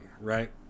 right